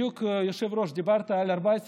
היושב-ראש, בדיוק דיברת על 14 חודשים,